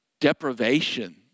deprivation